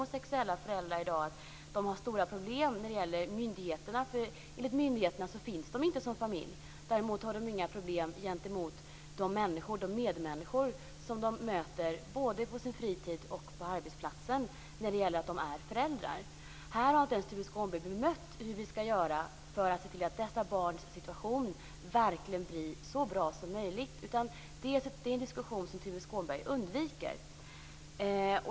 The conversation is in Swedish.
Homosexuella föräldrar säger att de har stora problem när det gäller myndigheterna, eftersom de enligt myndigheterna inte finns som familjer. Däremot har de inga problem med att de är föräldrar gentemot de medmänniskor som de möter både på sin fritid och på sin arbetsplats. Tuve Skånberg har inte ens bemött mig när det gäller hur vi ska göra för att se till att dessa barns situation blir så bra som möjligt. Det är en diskussion som Tuve Skånberg undviker.